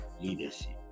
leadership